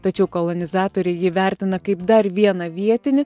tačiau kolonizatoriai jį vertina kaip dar vieną vietinį